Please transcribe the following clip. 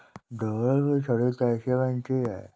ढोल की छड़ी कैसे बनती है?